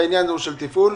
העניין הוא של תפעול.